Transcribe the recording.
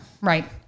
right